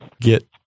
get